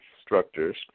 instructors